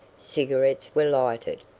cigarettes were lighted,